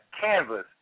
CANVAS